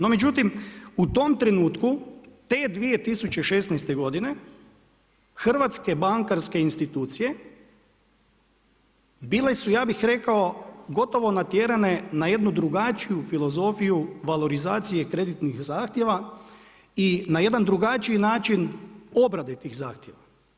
No međutim, u tom trenutku te 2016. godine hrvatske bankarske institucije bile su ja bih rekao gotovo natjerane na jednu drugačiju filozofiju valorizacije kreditnih zahtijeva i na jedan drugačiji način obrade tih zahtjeva.